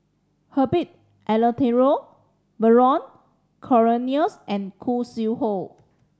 Herbert Eleuterio Vernon Cornelius and Khoo Sui Hoe